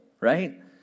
right